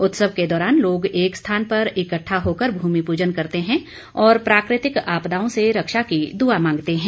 उत्सव के दौरान लोग एक स्थान पर इकट्ठा होकर भूमि पूजन करते हैं और प्राकृतिक आपदाओं से रक्षा की दुआ मांगते हैं